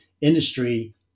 industry